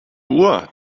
uhr